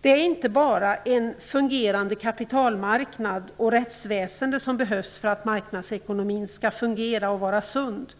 Det är inte bara en fungerande kapitalmarknad och ett rättsväsende som behövs för att marknadsekonomin skall fungera och vara sund.